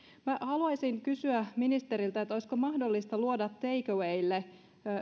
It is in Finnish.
haluaisin kysyä ministeriltä olisiko mahdollista luoda take awaylle